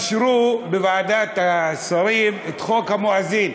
אישרו בוועדת השרים את חוק המואזין.